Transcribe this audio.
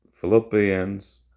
Philippians